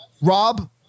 Rob